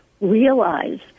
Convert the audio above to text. realize